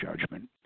judgment